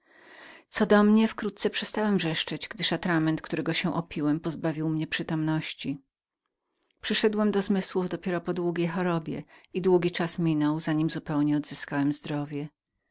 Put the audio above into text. co do mnie wkrótce przestałem wrzeszczeć gdyż atrament którego się opiłem pozbawił mnie przytomności przyszedłem dopiero do zmysłów po długiej chorobie i długi czas minął za nim zupełnie odzyskałem zdrowie